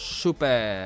super